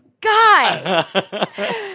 guy